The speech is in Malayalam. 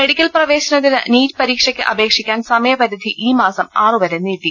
മെഡിക്കൽ പ്രവേശനത്തിന് നീറ്റ് പരീക്ഷയ്ക്ക് അപേക്ഷി ക്കാൻ സമയപരിധി ഈ മാസം ആറുവരെ നീട്ടി